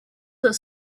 the